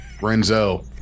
renzo